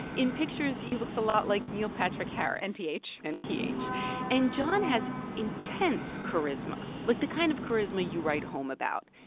in pictures, he looks a lot like neil patrick harris nph nph and john has intense charisma like, the kind of charisma you write home about.